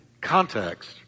context